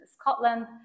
Scotland